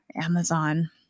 Amazon